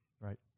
right